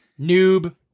Noob